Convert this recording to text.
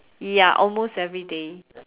ya almost everyday